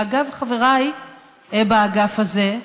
ואגב, חבריי באגף הזה,